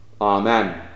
Amen